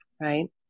right